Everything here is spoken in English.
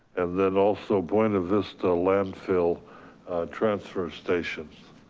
and then also buena vista landfill transfer stations.